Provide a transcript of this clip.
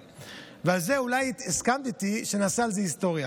ועל זה אולי את הסכמת איתי שנעשה היסטוריה.